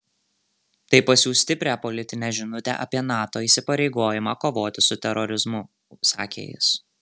tai pasiųs stiprią politinę žinutę apie nato įsipareigojimą kovoti su terorizmu sakė jis